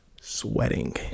sweating